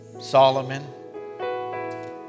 Solomon